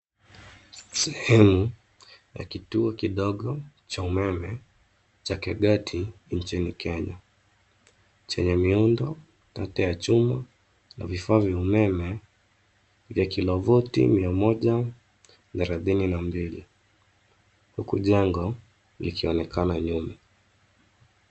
Sehemu ya kituo kidogo cha umeme cha Kegate nchini Kenya, chenye miundo labda ya chuma na vifaa vya umeme vya kilovolti mia moja thelathini na mbili. Huku jengo likionekana nyuma.